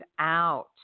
out